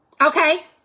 okay